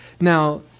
Now